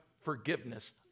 forgiveness